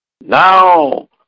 Now